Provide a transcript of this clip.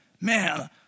Man